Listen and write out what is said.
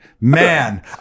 man